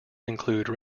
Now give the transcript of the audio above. include